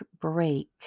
break